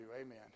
amen